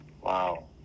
Wow